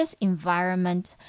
environment